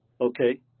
Okay